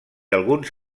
alguns